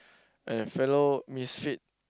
and fellow misfit